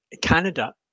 Canada